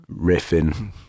riffing